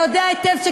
מה הם מוסדות התרבות?